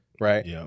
right